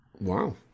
Wow